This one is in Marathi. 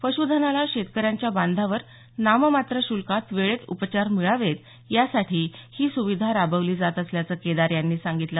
पशुधनाला शेतकऱ्यांच्या बांधावर नाममात्र श्ल्कात वेळेत उपचार मिळावेत यासाठी ही सुविधा राबवली जात असल्याचं केदार यांनी सांगितलं